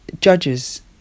judges